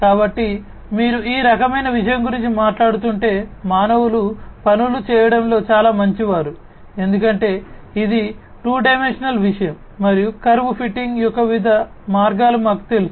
కాబట్టి మీరు ఈ రకమైన విషయం గురించి మాట్లాడుతుంటే మానవులు పనులు చేయడంలో చాలా మంచివారు ఎందుకంటే ఇది 2 డైమెన్షనల్ విషయం మరియు కర్వ్ ఫిట్టింగ్ యొక్క వివిధ మార్గాలు మాకు తెలుసు